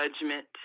judgment